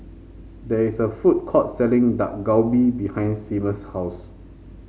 there is a food court selling Dak Galbi behind Seamus' house